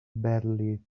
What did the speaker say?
badly